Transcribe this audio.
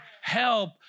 help